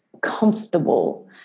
comfortable